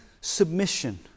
submission